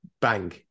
bang